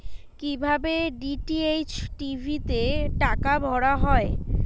কি ভাবে DTH TV তে টাকা ভরা হয়?